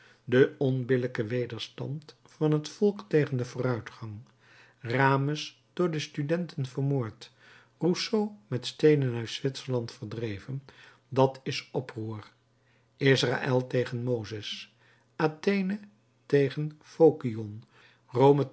de onbillijke wederstand van het volk tegen den vooruitgang ramus door de studenten vermoord rousseau met steenen uit zwitserland verdreven dat is oproer israël tegen mozes athene tegen phocion rome